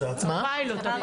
את הפיילוט.